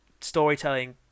storytelling